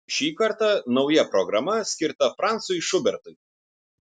šį kartą nauja programa skirta francui šubertui